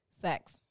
Sex